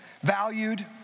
valued